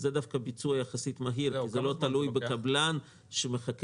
זה דווקא ביצוע מהיר יחסית כי זה לא תלוי בקבלן שמחכה.